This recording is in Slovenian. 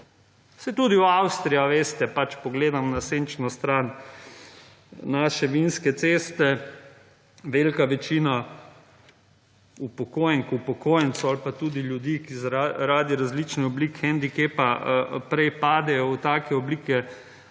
Saj tudi Avstrija, veste, pač pogledam na senčno stran naše vinske ceste, velika večina upokojenk, upokojencev ali pa tudi ljudi, ki radi različne oblike hendikepa prej padejo v take oblike oskrbe,